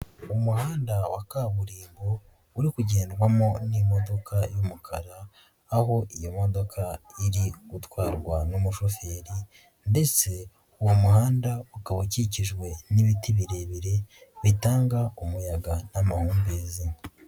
Umuhanda wa kaburimbo, uri kugendwamo n'imodoka y'umukara, aho iyi modoka iri gutwarwa n'umushoferi ndetse uwo muhanda ukaba ukikijwe n'ibiti birebire bitanga umuyaga n'amahumbezi.